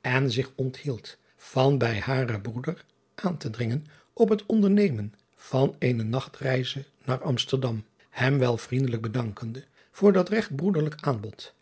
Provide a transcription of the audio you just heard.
en zich onthield van bij haren broeder aan te dringen op het ondernemen van eene nachtreize naar msterdam hem wel vriendelijk bedankende voor dat regt broederlijk aanbod